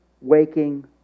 Waking